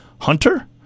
Hunter